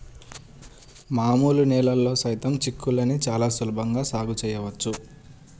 మామూలు నేలల్లో సైతం చిక్కుళ్ళని చాలా సులభంగా సాగు చేయవచ్చు